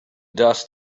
dust